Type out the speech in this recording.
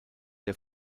der